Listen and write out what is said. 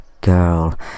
Girl